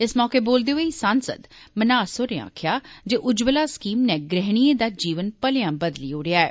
इस मौके बोलदे होई सांसद मन्हास होरें आक्खेआ जे उज्जवला स्कीम नै गृहणिएं दा जीवन भलेआ बदली ओड़ेआ ऐ